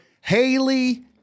Haley